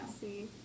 see